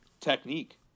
technique